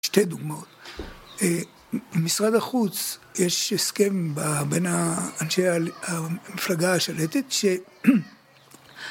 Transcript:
שתי דוגמאות: במשרד החוץ יש הסכם בין אנשי המפלגה השלטת